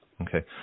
Okay